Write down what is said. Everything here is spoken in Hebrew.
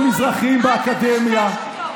יותר מזרחים באקדמיה,